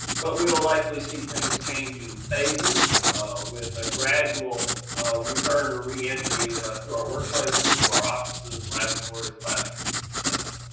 but we'll likely see things change in phases with a gradual return or re-entry to our workplaces, to our offices, laboratories, classrooms, etc,